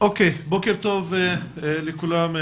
בוקר טוב לכולם.